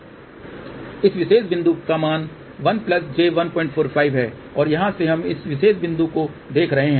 इस विशेष बिंदु पर मान 1j145 है और यहां से हम इस विशेष बिंदु को देख रहे हैं